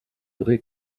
vrai